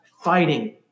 fighting